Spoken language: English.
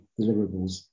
deliverables